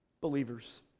Believers